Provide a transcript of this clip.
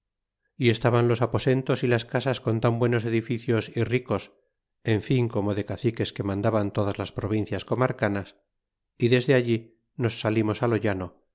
y estaban los aposentos y las casas con tan buenos edificios y ricos en fin como de caciques que mandaban todas las provincias comarcanas y desde allí nos salimos á lo llano